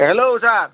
hello sir